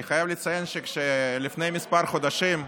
אני חייב לציין שכשלפני כמה חודשים,